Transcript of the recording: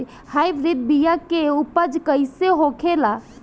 Hybrid बीया के उपज कैसन होखे ला?